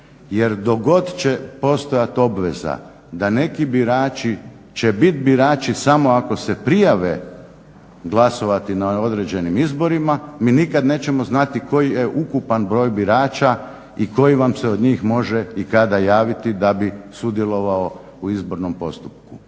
jer dok god će postojati obveza da neki birački će biti birači samo ako se prijave glasovati na određenim izborima, mi nećemo nikada znati koji je ukupan broj birača i koji vam se od njih može i kada javiti da bi sudjelovao u izbornom postupku.